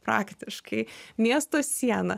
praktiškai miesto siena